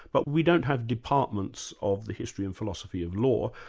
but we don't have departments of the history and philosophy of law.